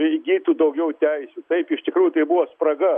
įgytų daugiau teisių taip iš tikrųjų tai buvo spraga